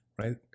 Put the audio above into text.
right